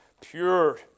pure